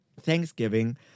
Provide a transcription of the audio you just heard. Thanksgiving